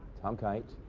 tom kite.